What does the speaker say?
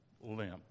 limp